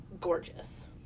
gorgeous